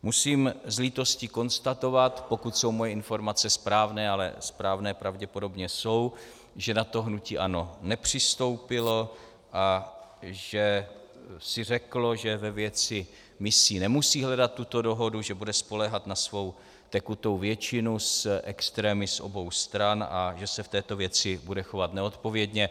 Musím s lítostí konstatovat, pokud jsou moje informace správné, ale správné pravděpodobně jsou, že na to hnutí ANO nepřistoupilo a že si řeklo, že ve věci misí nemusí hledat tuto dohodu, že bude spoléhat na svou tekutou většinu s extrémy z obou stran a že se v této věci bude chovat neodpovědně.